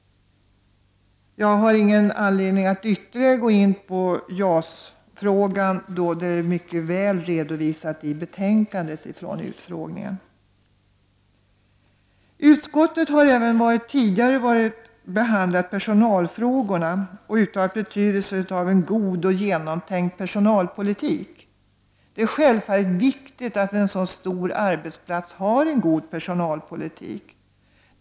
Jag har ingen ytterligare anledning att gå in på JAS-frågan. Det finns en mycket bra redovisning från utfrågningen i betänkandet. Utskottet har även tidigare behandlat personalfrågorna och då understrukit betydelsen av en god och genomtänkt personalpolitik. Självfallet är det viktigt att en så stor arbetsplats har en god personalpolitik.